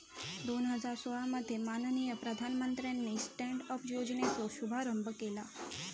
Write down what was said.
दोन हजार सोळा मध्ये माननीय प्रधानमंत्र्यानी स्टॅन्ड अप योजनेचो शुभारंभ केला